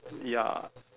ya